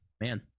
Man